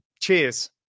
Cheers